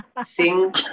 sing